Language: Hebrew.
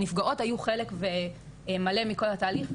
הנפגעות היו חלק מלא מכל התהליך,